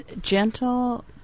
gentle